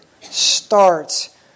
starts